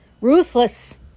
Ruthless